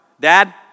Dad